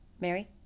Mary